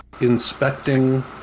inspecting